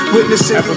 Witnessing